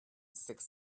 six